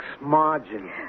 Margin